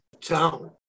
town